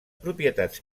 propietats